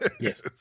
Yes